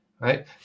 right